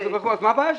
אז מה הבעיה שלכם?